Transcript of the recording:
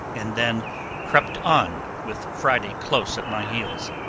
and then crept on, with friday close at my heels.